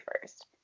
first